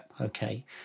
Okay